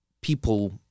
people